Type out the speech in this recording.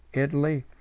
italy,